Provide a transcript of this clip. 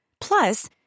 Plus